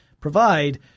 provide